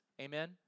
Amen